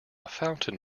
fountain